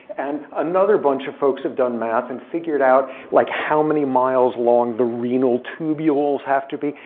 and another bunch of folks have done math and figured out like how many miles long the renal tubules have to be.